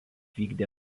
vykdė